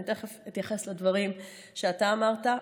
ותכף אתייחס לדברים שאתה אמרת,